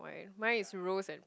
mine is rose and